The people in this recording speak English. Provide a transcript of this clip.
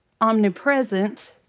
omnipresent